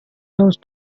those